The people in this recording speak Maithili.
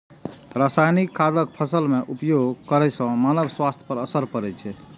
रासायनिक खादक फसल मे उपयोग करै सं मानव स्वास्थ्य पर असर पड़ै छै